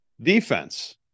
Defense